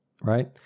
right